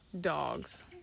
dogs